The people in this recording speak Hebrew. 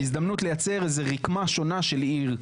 הזדמנות לייצר איזו רקמה שונה של עיר.